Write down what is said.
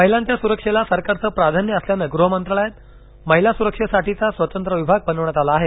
महिलांच्या सुरक्षेला सरकारचं प्राधान्य असल्यानं गृह मंत्रालयात महिला सुरक्षेसाठीचा स्वतंत्र विभाग बनवण्यात आला आहे